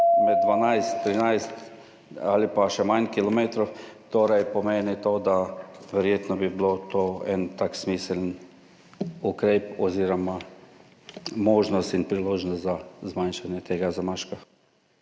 na 12, 13 ali pa še manj kilometrov, torej to pomeni, da bi verjetno bil to en tak smiseln ukrep oziroma možnost in priložnost za zmanjšanje tega zamaška.